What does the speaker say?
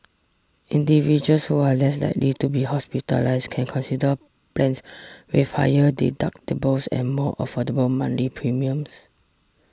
individuals who are less likely to be hospitalised can consider plans with higher deductibles and more affordable monthly premiums